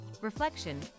reflection